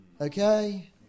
Okay